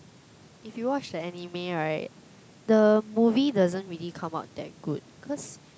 if you watch the anime right the movie doesn't really come out that good cause